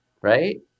Right